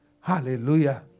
Hallelujah